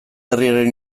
herriaren